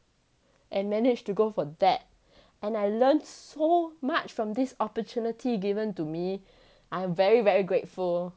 and managed to go for that and I learned so much from this opportunity given to me I'm very very grateful